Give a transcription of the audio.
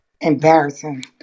Embarrassing